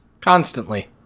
Constantly